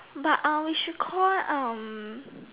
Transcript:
but uh we should call um